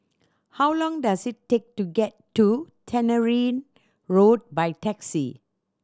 how long does it take to get to Tannery Road by taxi